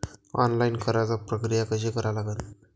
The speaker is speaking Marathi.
ऑनलाईन कराच प्रक्रिया कशी करा लागन?